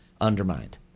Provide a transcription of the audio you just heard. undermined